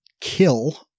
kill